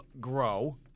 grow